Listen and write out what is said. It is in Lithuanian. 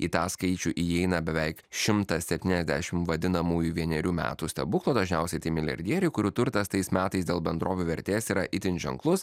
į tą skaičių įeina beveik šimtas septyniasdešim vadinamųjų vienerių metų stebuklų dažniausiai tai milijardieriai kurių turtas tais metais dėl bendrovių vertės yra itin ženklus